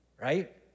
right